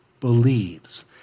believes